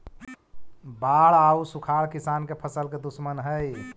बाढ़ आउ सुखाड़ किसान के फसल के दुश्मन हइ